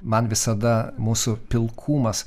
man visada mūsų pilkumas